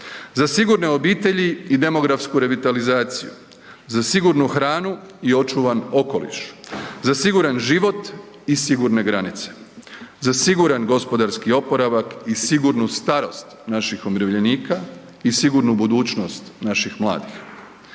za sigurne obitelji i demografsku revitalizaciju, za sigurnu hranu i očuvan okoliš, za siguran život i sigurne granice, za siguran gospodarski oporavak i sigurnu starost naših umirovljenika i sigurnu budućnost naših mladih.